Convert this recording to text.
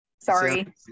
Sorry